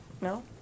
No